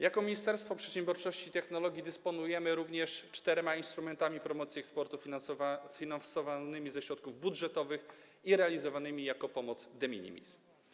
Jako Ministerstwo Przedsiębiorczości i Technologii dysponujemy również czterema instrumentami promocji eksportu, finansowanymi ze środków budżetowych i realizowanymi jako pomoc de minimis.